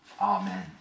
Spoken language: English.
Amen